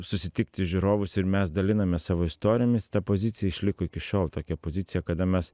susitikti žiūrovus ir mes dalinamės savo istorijomis ta pozicija išliko iki šiol tokia pozicija kada mes